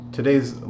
Today's